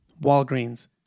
Walgreens